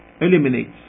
eliminates